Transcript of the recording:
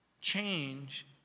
Change